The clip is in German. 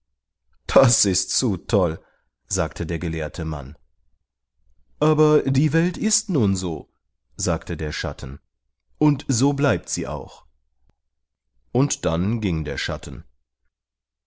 das ist zu toll sagte der gelehrte mann aber die welt ist nun so sagte der schatten und so bleibt sie auch und dann ging der schatten